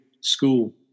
school